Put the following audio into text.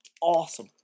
Awesome